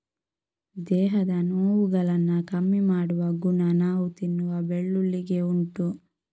ದೇಹದ ನೋವುಗಳನ್ನ ಕಮ್ಮಿ ಮಾಡುವ ಗುಣ ನಾವು ತಿನ್ನುವ ಬೆಳ್ಳುಳ್ಳಿಗೆ ಉಂಟು